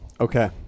Okay